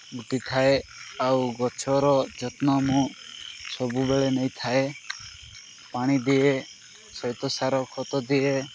ଉଠିଥାଏ ଆଉ ଗଛର ଯତ୍ନ ମୁଁ ସବୁବେଳେ ନେଇଥାଏ ପାଣି ଦିଏ ଶ୍ଵେତସାର ଖତ ଦିଏ